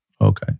Okay